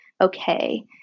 Okay